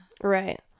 Right